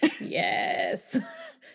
Yes